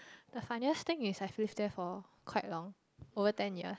the funniest thing is I've lived there for quite long over ten year